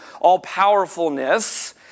all-powerfulness